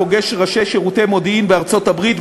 פוגש ראשי שירותי מודיעין בארצות-הברית,